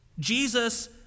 Jesus